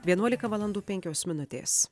vienuolika valandų penkios minutės